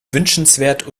wünschenswert